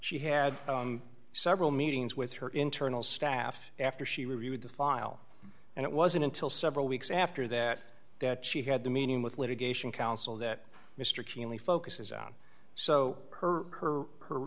she had several meetings with her internal staff after she reviewed the file and it wasn't until several weeks after that that she had the meeting with litigation counsel that mr keenly focuses on so her her